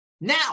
Now